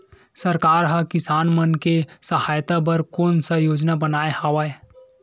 सरकार हा किसान मन के सहायता बर कोन सा योजना बनाए हवाये?